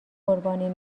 قربانی